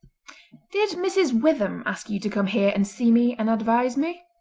did mrs. witham ask you to come here and see me and advise me